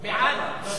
בעד, לבטל.